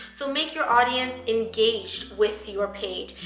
so make your audience engaged with your page.